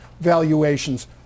valuations